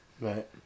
Right